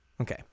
Okay